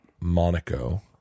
Monaco